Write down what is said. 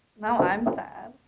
now i'm sad.